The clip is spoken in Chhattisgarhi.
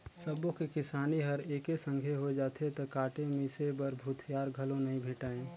सबो के किसानी हर एके संघे होय जाथे त काटे मिसे बर भूथिहार घलो नइ भेंटाय